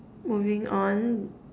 moving on